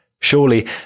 Surely